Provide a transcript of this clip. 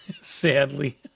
Sadly